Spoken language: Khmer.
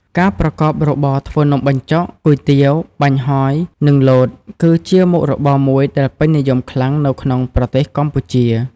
ការប្រកបរបរធ្វើនំបញ្ចុក គុយទាវ បាញ់ហ៊យ និងលត គឺជាមុខរបរមួយដែលពេញនិយមខ្លាំងនៅក្នុងប្រទេសកម្ពុជា។